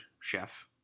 chef